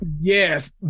Yes